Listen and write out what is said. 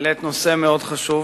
העלית נושא מאוד חשוב